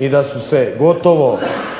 i da su se gotovo